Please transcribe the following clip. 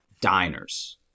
diners